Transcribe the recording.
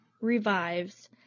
revives